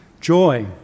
Joy